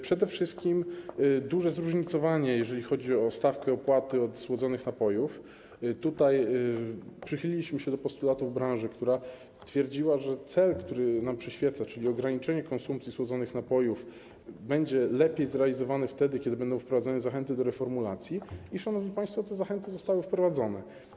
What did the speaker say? Przede wszystkim duże zróżnicowanie, jeżeli chodzi o stawkę opłaty od słodzonych napojów: przychyliliśmy się do postulatów branży, która twierdziła, że cel, który nam przyświeca, czyli ograniczenie konsumpcji słodzonych napojów, będzie lepiej zrealizowany wtedy, kiedy będą wprowadzone zachęty do reformulacji i, szanowni państwo, te zachęty zostały wprowadzone.